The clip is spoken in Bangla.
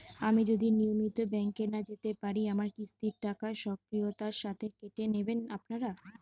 আমি যদি নিয়মিত ব্যংকে না যেতে পারি আমার কিস্তির টাকা স্বকীয়তার সাথে কেটে নেবেন আপনারা?